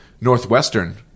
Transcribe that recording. Northwestern